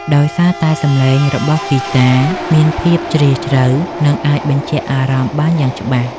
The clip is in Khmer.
ដោយសារតែសំឡេងរបស់ហ្គីតាមានភាពជ្រាលជ្រៅ និងអាចបញ្ជាក់អារម្មណ៍បានយ៉ាងច្បាស់